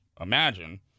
imagine